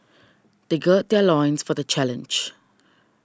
they gird their loins for the challenge